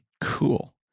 cool